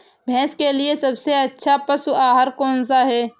भैंस के लिए सबसे अच्छा पशु आहार कौन सा है?